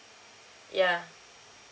ya